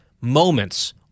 moments